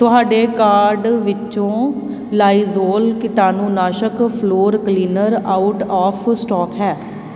ਤੁਹਾਡੇ ਕਾਰਟ ਵਿੱਚੋਂ ਲਾਇਜ਼ੋਲ ਕੀਟਾਣੂਨਾਸ਼ਕ floor cleaner out of stock ਹੈ